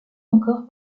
encore